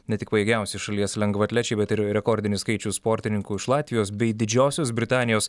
ne tik pajėgiausi šalies lengvaatlečiai bet ir rekordinis skaičius sportininkų iš latvijos bei didžiosios britanijos